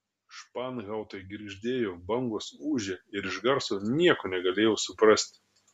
španhautai girgždėjo bangos ūžė ir iš garso nieko negalėjau suprasti